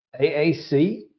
AAC